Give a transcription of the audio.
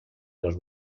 los